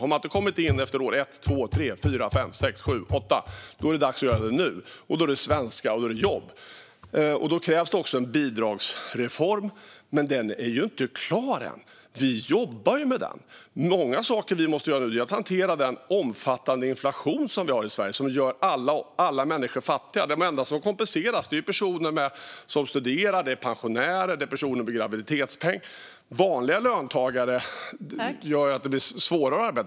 Har man inte kommit in efter år ett, två, tre, fyra, fem, sex, sju eller åtta är det dags att göra det nu. Då är det svenska, och då är det jobb. Då krävs det också en bidragsreform, men den är ju inte klar än. Vi jobbar med den. Många saker vi måste göra nu handlar om att hantera den omfattande inflation som vi har i Sverige som gör alla människor fattiga. De enda som kompenseras är personer som studerar, pensionärer och personer med graviditetspeng. Vanliga löntagare får det svårare.